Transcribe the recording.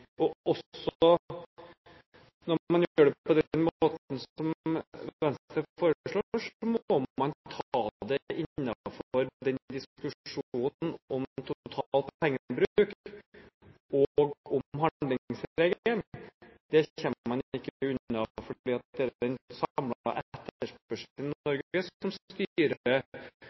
Når man gjør det på den måten som Venstre foreslår, må man ta det innenfor diskusjonen om total pengebruk og om handlingsregelen. Det kommer man ikke utenom, for det er den samlede etterspørselen